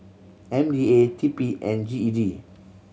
M D A T P and G E D